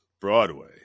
Broadway